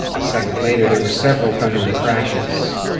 a second later there were several thundering crashes.